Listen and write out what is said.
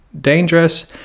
dangerous